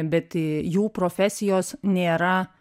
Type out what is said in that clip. bet jų profesijos nėra